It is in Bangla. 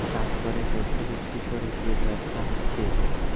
চাষ কোরে শস্য বিক্রি কোরে যে ব্যবসা হচ্ছে